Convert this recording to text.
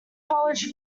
college